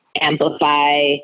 amplify